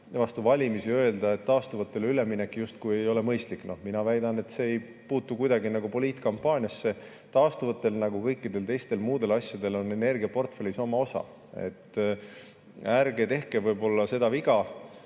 vastu valimisi öelda, et taastuvatele üleminek justkui ei ole mõistlik. Mina väidan, et see ei puutu kuidagi poliitkampaaniasse. Taastuvatel, nagu kõikidel muudel asjadel, on energiaportfellis oma osa. Ärge tehke seda viga,